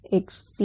x2